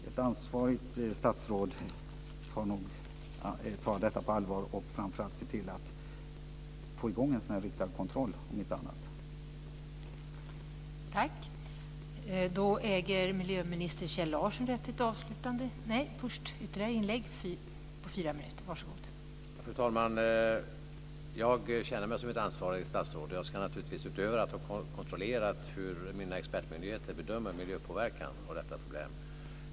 Ett ansvarigt statsråd bör nog ta detta på allvar och framför allt om inte annat se till att det sätts in en riktad kontroll.